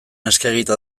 eskegita